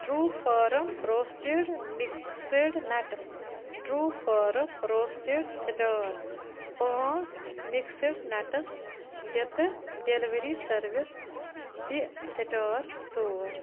true farm roasted mixed nuts true farm roasted star پانٛژھ mixed nuts دِ تہٕ delivery service دِ star ژور